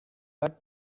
cut